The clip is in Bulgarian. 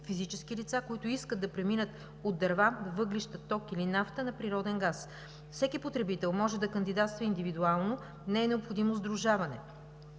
физически лица, които искат да преминат от дърва, въглища, ток или нафта на природен газ. Всеки потребител може да кандидатства индивидуално, не е необходимо сдружаване.